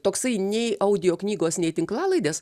toksai nei audio knygos nei tinklalaidės